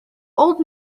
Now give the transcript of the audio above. old